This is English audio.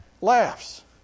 laughs